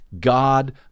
God